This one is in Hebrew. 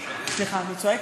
סליחה, אני צועקת?